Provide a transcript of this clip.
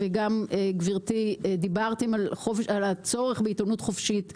וגם גברתי דיברתם על הצורך בעיתונות חופשית בישראל,